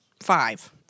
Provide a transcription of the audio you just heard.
five